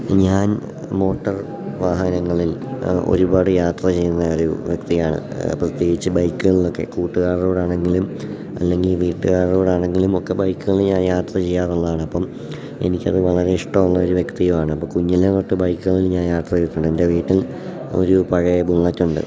ഞാൻ മോട്ടർ വാഹനങ്ങളിൽ ഒരുപാട് യാത്ര ചെയ്യുന്ന ഒരു വ്യക്തിയാണ് പ്രത്യേകിച്ച് ബൈക്കുകളിലൊക്കെ കൂട്ടുകാരുടെ കൂടെയാണെങ്കിലും അല്ലെങ്കിൽ വീട്ടുകാരുടെ കൂടെയാണെങ്കിലും ഒക്കെ ബൈക്കുകളിൽ ഞാൻ യാത്ര ചെയ്യാറുള്ളതാണപ്പം എനിക്കത് വളരെ ഇഷ്ടമുള്ള ഒരു വ്യക്തിയുമാണ് അപ്പം കുഞ്ഞിലെ തൊട്ട് ബൈക്കുകളിൽ ഞാൻ യാത്ര ചെയ്തിട്ടുണ്ട് എൻ്റെ വീട്ടിൽ ഒരു പഴയ ബുള്ളറ്റുണ്ട്